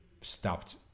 stopped